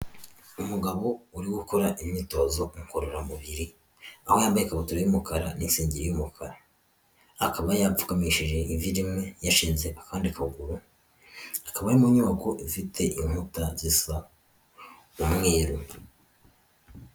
Umugabo uri gukora imyitozo ngororamubiri aho yamabye ikabutura y'umukara n'isengegiri y'umukara akaba yapfukamishije ivi rimwe yashinze akandi kaguru, akaba ari mu nyubako ifite inkuta zisa umweru.